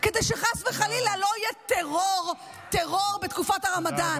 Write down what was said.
כדי שחס וחלילה לא יהיה טרור בתקופת הרמדאן.